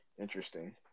Interesting